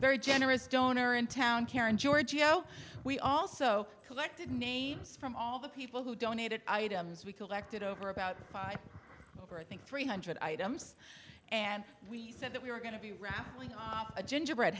very generous donor in town karen giorgio we also collected names from all the people who donated items we collected over about five or i think three hundred items and we said that we were going to be wrapping up a gingerbread